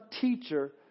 teacher